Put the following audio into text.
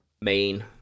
main